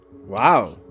Wow